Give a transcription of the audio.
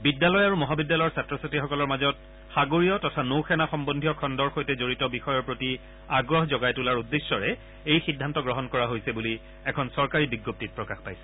বিদ্যালয় আৰু মহাবিদ্যালয়ৰ ছাত্ৰ ছাত্ৰীসকলৰ মাজত সাগৰীয় তথা নৌ সেনা সম্বন্ধীয় খণ্ডৰ সৈতে জড়িত বিষয়ৰ প্ৰতি আগ্ৰহ জগাই তোলাৰ উদ্দেশ্যৰে এই সিদ্ধান্ত গ্ৰহণ কৰা হৈছে বুলি এখন চৰকাৰী প্ৰেছ বিজ্ঞপ্তিত প্ৰকাশ পাইছে